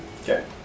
Okay